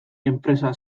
enpresa